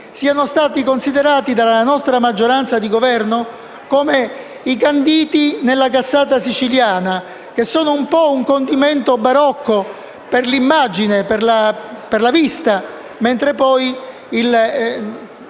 siano stati considerati dalla nostra maggioranza di Governo come i canditi nella cassata siciliana, che sono un po' un condimento barocco, a beneficio dell'immagine e della vista, mentre la